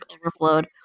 overflowed